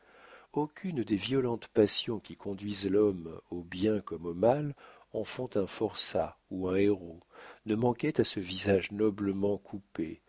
aucune des violentes passions qui conduisent l'homme au bien comme au mal en font un forçat ou un héros ne manquait à ce visage noblement coupé